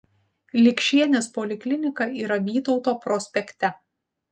likšienės poliklinika yra vytauto prospekte